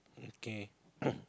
okay